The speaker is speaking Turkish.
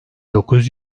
dokuz